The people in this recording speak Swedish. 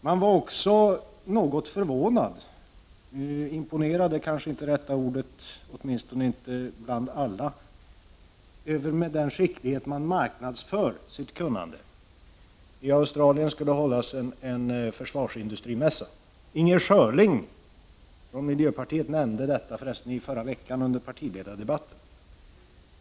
Man var också något förvånad — imponerad är kanske inte rätta ordet, åtminstone inte med avseende på alla — över med vilken skicklighet Sverige marknadsför sitt kunnande. I Australien skulle det hållas en försvarsindustrimässa. Inger Schörling från miljöpartiet nämnde förresten detta under partiledardebatten förra veckan.